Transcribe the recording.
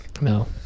No